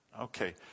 Okay